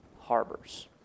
harbors